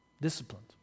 Disciplined